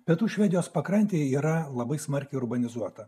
pietų švedijos pakrantėje yra labai smarkiai urbanizuota